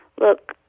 look